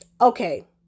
Okay